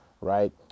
right